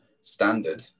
standard